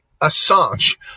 Assange